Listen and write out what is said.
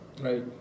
Right